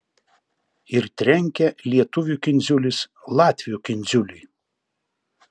ir trenkia lietuvių kindziulis latvių kindziuliui